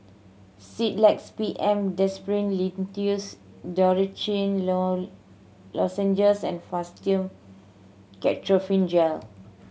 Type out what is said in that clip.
Sedilix B M Linctus Dorithricin Lozenges and Fastum Ketoprofen Gel